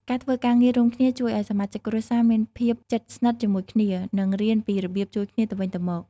ការធ្វើការងាររួមគ្នាជួយឲ្យសមាជិកគ្រួសារមានភាពជិតស្និទ្ធជាមួយគ្នា និងរៀនពីរបៀបជួយគ្នាទៅវិញទៅមក។